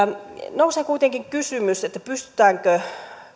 nousee kuitenkin kysymys pystytäänkö